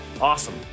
Awesome